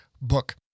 book